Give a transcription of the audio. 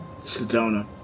Sedona